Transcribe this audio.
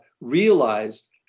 realized